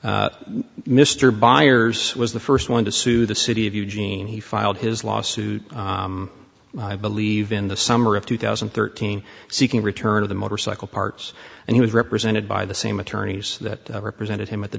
here mr byers was the first one to sue the city of eugene he filed his lawsuit i believe in the summer of two thousand and thirteen seeking return of the motorcycle parts and he was represented by the same attorneys that represented him at the